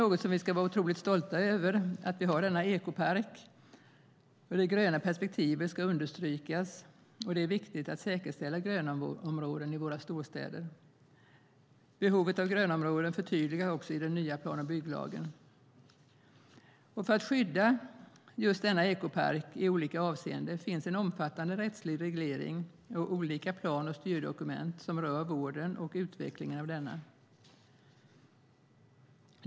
Vi ska vara otroligt stolta över att vi har denna ekopark. Det gröna perspektivet ska understrykas. Det är viktigt att säkerställa grönområden i våra storstäder. Behovet av grönområden förtydligas också i den nya plan och bygglagen. För att skydda just denna ekopark i olika avseenden finns en omfattande rättslig reglering och olika plan och styrdokument som rör vården och utvecklingen av parken.